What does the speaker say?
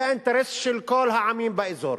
זה האינטרס של כל העמים באזור.